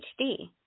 HD